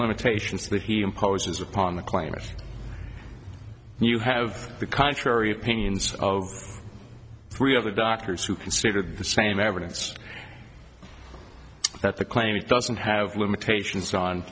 limitations that he imposes upon the claim that you have the contrary opinions of three other doctors who can stated the same evidence that the claim it doesn't have limitations on